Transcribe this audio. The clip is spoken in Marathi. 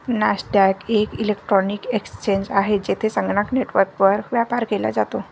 नॅसडॅक एक इलेक्ट्रॉनिक एक्सचेंज आहे, जेथे संगणक नेटवर्कवर व्यापार केला जातो